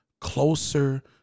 closer